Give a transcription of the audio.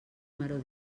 maror